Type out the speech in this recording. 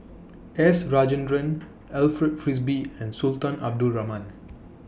S Rajendran Alfred Frisby and Sultan Abdul Rahman